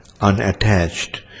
unattached